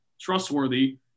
trustworthy